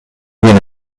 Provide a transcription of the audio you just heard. viene